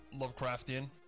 Lovecraftian